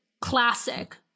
classic